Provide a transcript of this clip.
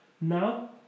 Now